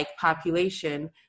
population